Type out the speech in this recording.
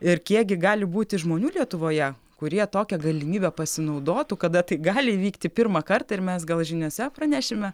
ir kiekgi gali būti žmonių lietuvoje kurie tokia galimybe pasinaudotų kada tai gali įvykti pirmą kartą ir mes gal žiniose pranešime